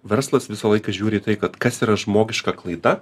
verslas visą laiką žiūri į tai kad kas yra žmogiška klaida